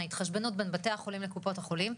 ההתחשבנות בין בתי החולים לקופות החולים,